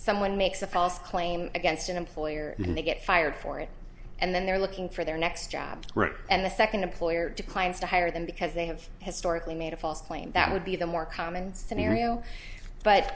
someone makes a false claim against an employer and they get fired for it and then they're looking for their next job and the second employer declines to hire them because they have historically made a false claim that would be the more common scenario but